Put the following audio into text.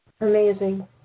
amazing